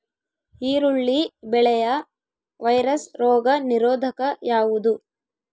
ಈರುಳ್ಳಿ ಬೆಳೆಯ ವೈರಸ್ ರೋಗ ನಿರೋಧಕ ಯಾವುದು?